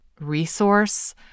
resource